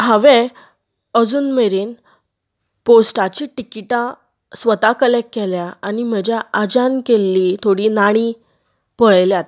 हांवे अजून मेरेन पोस्टाचीं तिकीटां स्वता कलेक्ट केल्यांत आनी म्हजे आज्यान केल्ली थोडीं नाणी पळयल्यांत